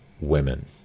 women